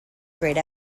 great